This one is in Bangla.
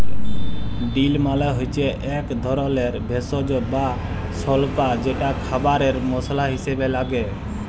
ডিল মালে হচ্যে এক ধরলের ভেষজ বা স্বল্পা যেটা খাবারে মসলা হিসেবে লাগে